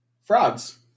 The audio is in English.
Frogs